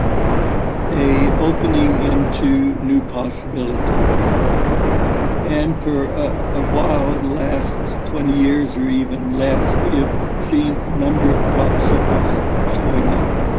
a opening into new possibilities and for a while, the last twenty years or even less, we have seen a number of crop circles showing up.